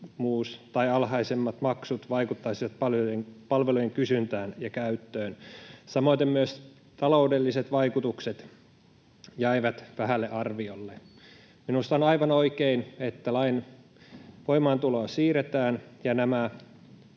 tai alhaisemmat maksut vaikuttaisivat palvelujen kysyntään ja käyttöön. Samoiten myös taloudelliset vaikutukset jäivät vähälle arviolle. Minusta on aivan oikein, että lain voimaantuloa siirretään ja nämä